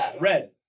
Red